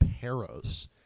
Paros